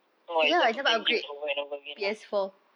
oh what it's just the same games over and over again lah